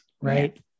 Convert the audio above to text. right